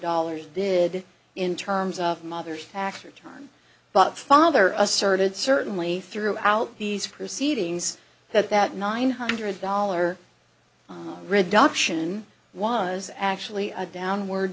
dollars did in terms of mother's tax return but father asserted certainly throughout these proceedings that that nine hundred dollar reduction was actually a downward